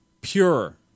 pure